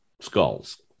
skulls